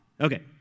Okay